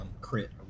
Crit